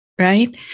right